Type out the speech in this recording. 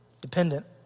dependent